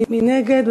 מי נגד?